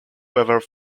whether